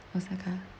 osaka